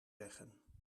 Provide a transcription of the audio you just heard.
zeggen